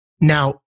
Now